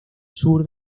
sur